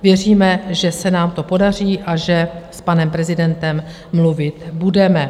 Věříme, že se nám to podaří a že s panem prezidentem mluvit budeme.